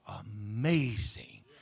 amazing